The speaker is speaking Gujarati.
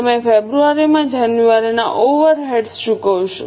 તમે ફેબ્રુઆરીમાં જાન્યુઆરીના ઓવરહેડ્સ ચૂકવશો